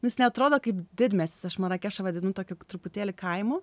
jis neatrodo kaip didmiestis aš marakešą vadinu tokiu truputėlį kaimų